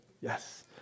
yes